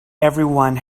everyone